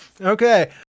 Okay